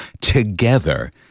together